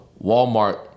Walmart